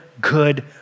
good